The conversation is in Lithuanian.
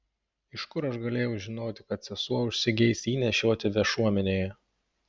iš kur aš galėjau žinoti kad sesuo užsigeis jį nešioti viešuomenėje